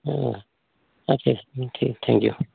অঁ আচছা ঠিক থেংক ইউ